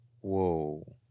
Whoa